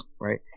right